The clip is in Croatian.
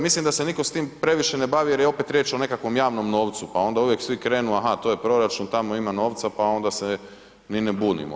Mislim da se niko s tim previše ne bavi jer je opet riječ o nekakvom javnom novcu pa onda uvijek svi krenu, aha, to je proračun tamo ima novca pa onda se ni ne bunimo.